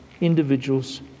individuals